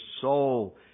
soul